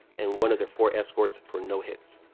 and one of their four escorts, for no hits.